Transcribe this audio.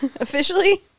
Officially